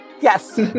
Yes